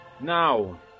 Now